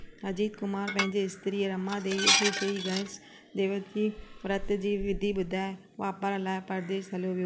अजीत कुमार पंहिंजे स्त्री रमा देवी खे श्री गणेश देवत जी वर्तु जी विधी ॿुधाए वापर लाइ परदेस हली वियो